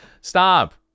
Stop